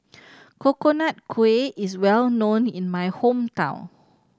Coconut Kuih is well known in my hometown